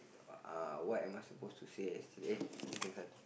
uh what am I supposed to say yesterday it hurt